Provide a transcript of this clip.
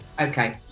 Okay